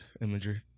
imagery